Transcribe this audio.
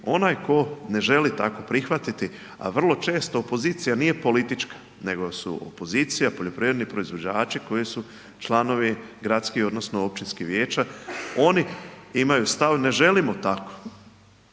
onaj tko ne želi tako prihvatiti, a vrlo često opozicija nije politička nego su opozicija poljoprivredni proizvođači koji su članovi gradskih odnosno općinskih vijeća, oni imaju stav ne želimo tako.